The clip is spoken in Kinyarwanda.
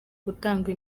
gutangwa